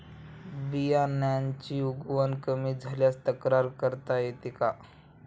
बियाण्यांची उगवण कमी झाल्यास तक्रार करता येते का?